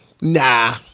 Nah